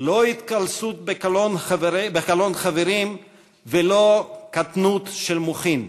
לא התקלסות בקלון חברים ולא קטנות של מוחין,